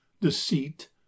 deceit